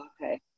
Okay